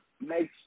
makes